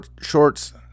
Shorts